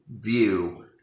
view